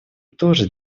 тоже